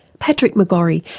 patrick mcgorry,